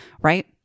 Right